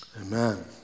Amen